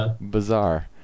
bizarre